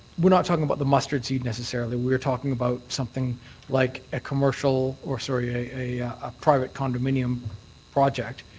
we're not talking about the mustard seed, necessarily. we're talking about something like a commercial or sorry, a private condominium project.